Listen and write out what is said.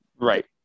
Right